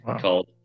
called